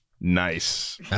Nice